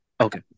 Okay